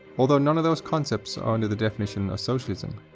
although none of those concepts are under the definition of socialism,